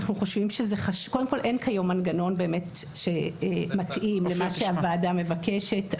קודם כל אין כיום מנגנון שמתאים למה שהוועדה מבקשת.